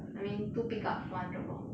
I mean two pick-up one drop-off